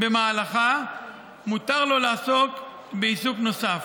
שבמהלכה מותר לו לעסוק בעיסוק נוסף.